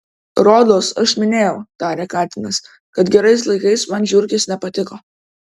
rodos aš minėjau tarė katinas kad gerais laikais man žiurkės nepatiko